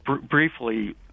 Briefly